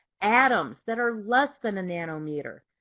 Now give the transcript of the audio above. atoms that are less than a nanometer.